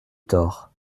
tort